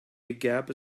gap